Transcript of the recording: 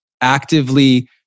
actively